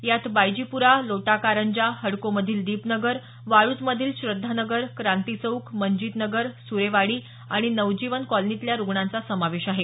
यात बायजीपुरा लोकाकारंजा हडकोमधील दिप नगर वाळूजमधील श्रद्धा नगर क्रांती चौक मनजित नगर सुरेवाडी आणि नवजीवन कॉलनीतल्या रुग्णांचा समावेश आहे